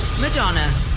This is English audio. Madonna